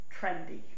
trendy